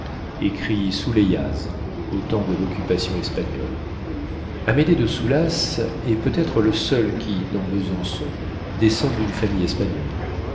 écrit souleyas au temps de l'occupation espagnole amédée de soulas est peut-être le seul qui dans besançon descende d'une famille espagnole